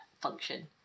function